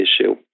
issue